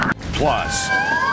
Plus